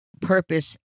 purpose